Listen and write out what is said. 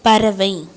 பறவை